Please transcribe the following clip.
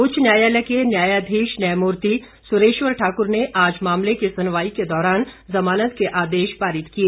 उच्च न्यायालय के न्यायाधीश न्यायमूर्ति सुरेश्वर ठाकुर ने आज मामले की सुनवाई के दौरान जमानत के आदेश पारित किए